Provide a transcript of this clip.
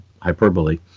hyperbole